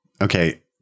okay